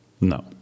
No